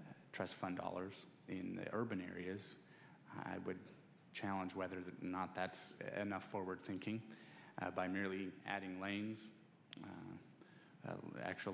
the trust fund dollars in urban areas i would challenge whether or not that the forward thinking by merely adding lanes the actual